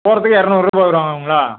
போகறத்துக்கு இரநூறுவா வருங்களா